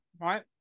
right